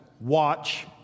watch